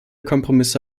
kompromisse